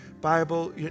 Bible